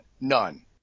none